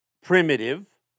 primitive